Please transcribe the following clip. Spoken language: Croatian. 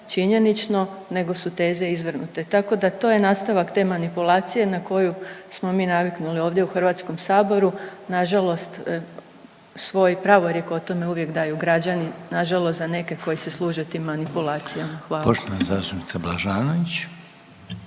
činjenično nego su teze izvrnute, tako da to je nastavak te manipulacije na koju smo mi naviknuli ovdje u HS, nažalost svoj pravorijek o tome uvijek daju građani, nažalost za neke koji se služe tim manipulacijama, hvala. **Reiner, Željko